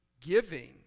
giving